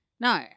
No